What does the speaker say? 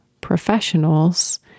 professionals